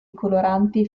coloranti